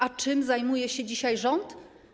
A czym zajmuje się dzisiaj rząd?